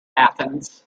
athens